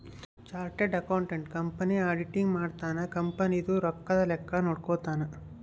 chartered accountant company auditing ಮಾಡ್ತನ company ದು ರೊಕ್ಕದ ಲೆಕ್ಕ ನೋಡ್ಕೊತಾನ